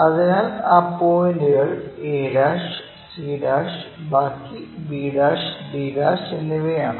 അതിനാൽ ആ പോയിന്റുകൾ a c' ബാക്കി b' d' എന്നിവയാണ്